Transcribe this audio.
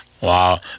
Wow